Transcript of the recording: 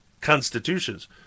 constitutions